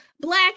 black